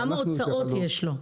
כמה הוצאות יש לו.